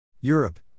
Europe